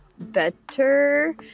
Better